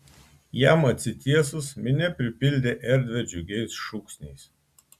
jam atsitiesus minia pripildė erdvę džiugiais šūksniais